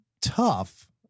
tough